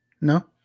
No